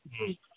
ꯎꯝ